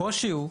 הקושי הוא,